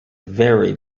very